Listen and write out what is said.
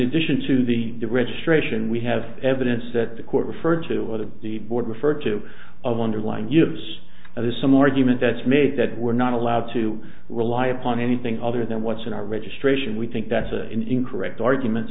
addition to the registration we have evidence that the court referred to the board referred to of underlying gives us some argument that's made that we're not allowed to rely upon anything other than what's in our registration we think that's an incorrect arguments